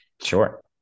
Sure